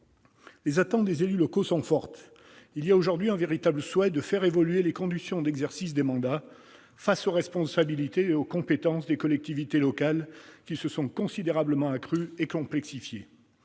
Les attentes des élus locaux sont fortes. Il y a aujourd'hui un véritable souhait de faire évoluer les conditions d'exercice des mandats, les responsabilités et les compétences des collectivités locales s'étant considérablement accrues et complexifiées.